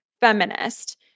feminist